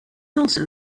also